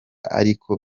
ariko